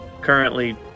currently